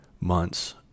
months